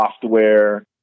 software